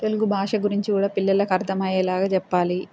తెలుగు భాష గురించి కూడా పిల్లలకి అర్థం అయ్యేలాగా చెప్పాలి